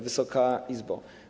Wysoka Izbo!